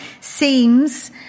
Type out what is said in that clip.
seems